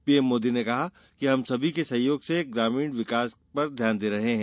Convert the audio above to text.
PM Modi ने कहा कि हम सभी के सहयोग से ग्रामीण विकास पर ध्यान दे रहे हैं